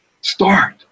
Start